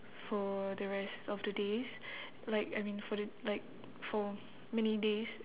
for the rest of the days like I mean for the like for many days